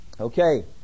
Okay